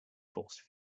force